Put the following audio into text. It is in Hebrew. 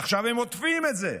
עכשיו הם עוטפים את זה: